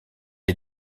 est